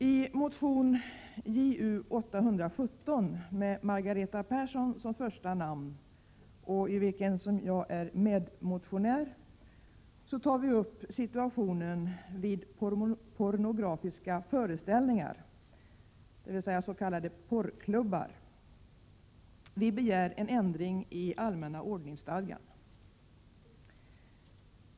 I motion Ju817 med Margareta Persson som första namn och i vilken jag är medmotionär tar vi upp situationen vid pornografiska föreställningar, s.k. porrklubbar. Vi begär en ändring i allmänna ordningsstadgan.